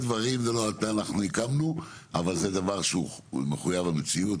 זה לא אנחנו הקמנו אבל זה דבר שהוא מחויב המציאות